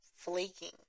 Flaking